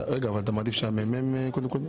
רגע, אתה מעדיף שקודם כול ידבר מרכז המחקר והמידע?